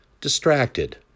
distracted